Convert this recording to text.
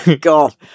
god